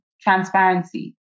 transparency